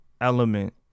element